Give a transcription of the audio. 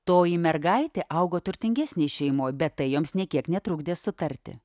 toji mergaitė augo turtingesnėj šeimoj bet tai joms nė kiek netrukdė sutarti